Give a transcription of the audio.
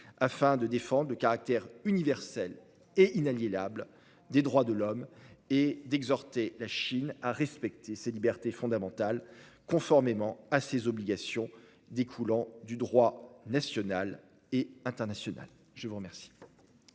afin de défendre le caractère universel et inaliénable des droits de l'homme et d'exhorter la Chine à respecter ces libertés fondamentales, conformément à ses obligations découlant du droit national et international. La discussion